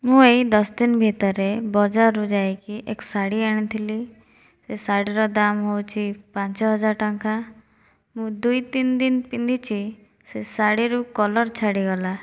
ମୁଁ ଏଇ ଦଶ ଦିନ ଭିତରେ ବଜାରରୁ ଯାଇକି ଏକ୍ ଶାଢ଼ୀ ଆଣିଥିଲି ସେ ଶାଢ଼ୀର ଦାମ ହେଉଛି ପାଞ୍ଚ ହଜାର ଟଙ୍କା ମୁଁ ଦୁଇ ତିନ ଦିନ ପିନ୍ଧିଛି ସେ ଶାଢ଼ୀରୁ କଲର୍ ଛାଡ଼ିଗଲା